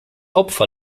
opfer